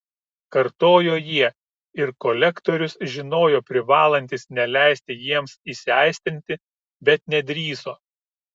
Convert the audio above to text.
kartojo jie ir kolektorius žinojo privalantis neleisti jiems įsiaistrinti bet nedrįso